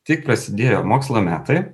tik prasidėjo mokslo metai